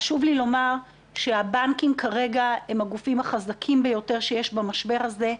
חשוב לי לומר שהבנקים כרגע הם הגופים החזקים ביותר שיש במשבר הזה.